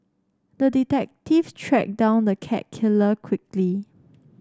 the detective tracked down the cat killer quickly